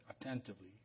attentively